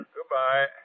Goodbye